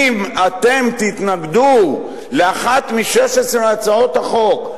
אם אתם תתנגדו לאחת מ-16 הצעות החוק,